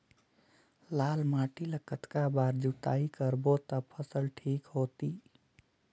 लाल माटी ला कतना बार जुताई करबो ता फसल ठीक होती?